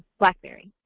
blackberry.